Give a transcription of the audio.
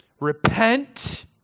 repent